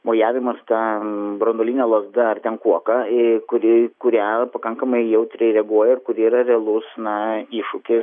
mojavimas ten branduoline lazda ar ten kuoka į kurį į kurią pakankamai jautriai reaguoja ir kur yra realus na iššūkis